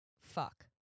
fuck